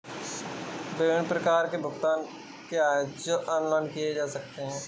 विभिन्न प्रकार के भुगतान क्या हैं जो ऑनलाइन किए जा सकते हैं?